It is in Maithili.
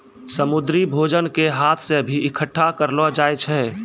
समुन्द्री भोजन के हाथ से भी इकट्ठा करलो जाय छै